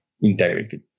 integrity